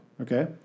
okay